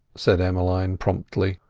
said emmeline promptly.